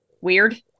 weird